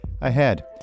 Ahead